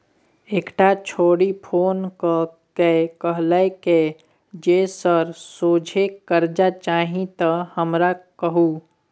एकटा छौड़ी फोन क कए कहलकै जे सर सोझे करजा चाही त हमरा कहु